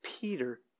Peter